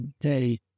day